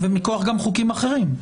ומכוח גם חוקים אחרים.